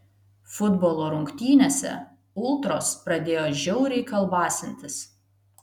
futbolo rungtynėse ultros pradėjo žiauriai kalbasintis